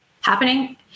happening